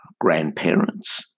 grandparents